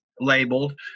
labeled